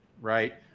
right